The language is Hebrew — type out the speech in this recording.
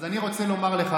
אז אני רוצה לומר לך,